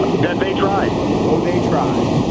ah that they tried oh, they tried,